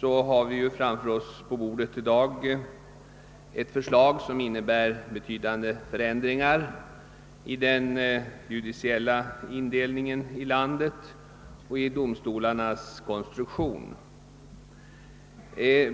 ligger det i dag på riksdagens bord ett förslag, som innebär betydande ändringar i landets judiciella indelning och i domstolarnas konstruktion.